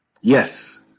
Yes